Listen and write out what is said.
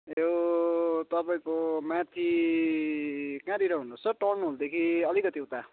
यो तपाईँको माथि कहाँनिर भन्नुहोस् त टाउन हलदेखि अलिकति उता